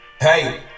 Hey